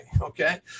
Okay